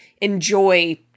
enjoy